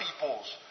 people's